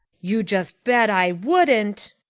you just bet i wouldn't!